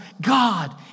God